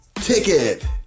ticket